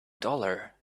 dollar